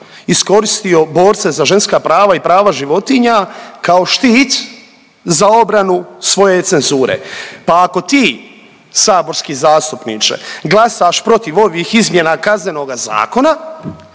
iskoristio borce za ženska prava i prava životinja kao štit za obranu svoje cenzure, pa ako ti saborski zastupniče glasaš protiv ovih izmjena Kaznenoga zakona,